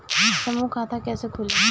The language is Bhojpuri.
समूह खाता कैसे खुली?